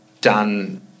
done